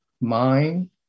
mind